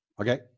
Okay